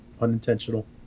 unintentional